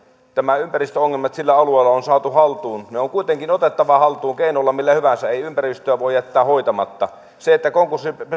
että ympäristöongelmat sillä alueella on saatu haltuun ne on kuitenkin otettava haltuun keinolla millä hyvänsä ei ympäristöä voi jättää hoitamatta kun